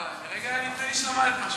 לרגע היה נדמה לי שלמדת משהו.